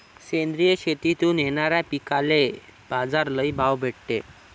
सेंद्रिय शेतीतून येनाऱ्या पिकांले बाजार लई भाव भेटते